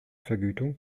vergütung